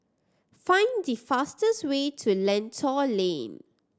find the fastest way to Lentor Lane